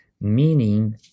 meaning